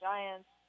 Giants